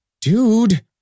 Dude